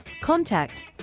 Contact